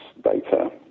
data